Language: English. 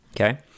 Okay